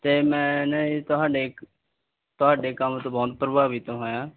ਅਤੇ ਮੈਂ ਨਾ ਜੀ ਤੁਹਾਡੇ ਤੁਹਾਡੇ ਕੰਮ ਤੋਂ ਬਹੁਤ ਪ੍ਰਭਾਵਿਤ ਹੋਇਆ